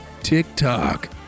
TikTok